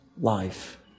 life